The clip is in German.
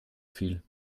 viel